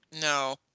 No